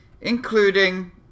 including